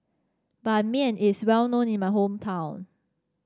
Ban Mian is well known in my hometown